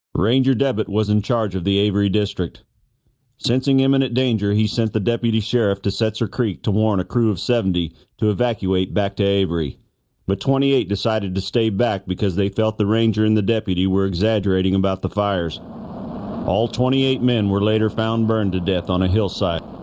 ranger debbitt was in charge of the avery district sensing imminent danger he sent the deputy sheriff to setzer creek to warn a crew of seventy to evacuate back to avery but twenty eight decided to stay back because they felt the ranger and the deputy we're exaggerating about the fires all twenty eight men were later found burned to death on a hillside.